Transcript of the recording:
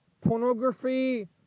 pornography